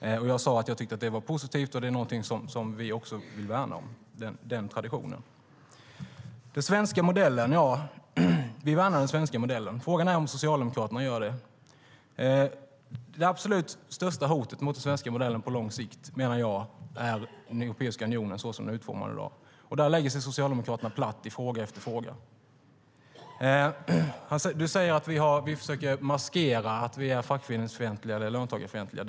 Jag sade att jag tyckte att det var positivt och att det är något som vi också vill värna om, den traditionen. Den svenska modellen värnar vi. Frågan är om Socialdemokraterna gör det. Det absolut största hotet mot den svenska modellen på lång sikt menar jag är Europeiska unionen, såsom den är utformad i dag. Men där lägger sig Socialdemokraterna platt i fråga efter fråga. Du säger att vi försöker maskera att vi är fackföreningsfientliga eller löntagarfientliga.